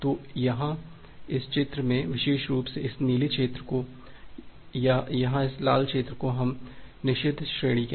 तो यहाँ इस चित्र में विशेष रूप से इस नीले क्षेत्र को या यहाँ इस लाल क्षेत्र को हम निषिद्ध श्रेणी कहते हैं